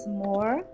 more